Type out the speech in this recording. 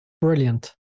brilliant